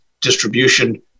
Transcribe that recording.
distribution